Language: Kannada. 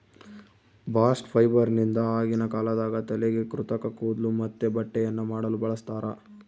ಬಾಸ್ಟ್ ಫೈಬರ್ನಿಂದ ಆಗಿನ ಕಾಲದಾಗ ತಲೆಗೆ ಕೃತಕ ಕೂದ್ಲು ಮತ್ತೆ ಬಟ್ಟೆಯನ್ನ ಮಾಡಲು ಬಳಸ್ತಾರ